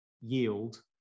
yield